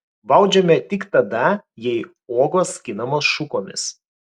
baudžiame tik tada jei uogos skinamos šukomis